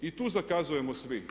I tu zakazujemo svi.